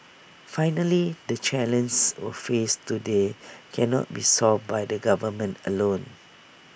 finally the challenges we face today cannot be solved by the government alone